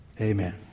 Amen